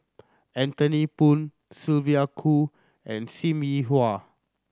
Anthony Poon Sylvia Kho and Sim Yi Hui